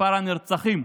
מספר הנרצחים.